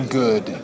good